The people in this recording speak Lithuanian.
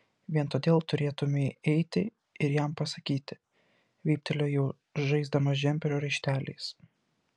vien todėl turėtumei eiti ir jam pasakyti vyptelėjo jau žaisdama džemperio raišteliais